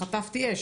שחטפתי אש,